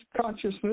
consciousness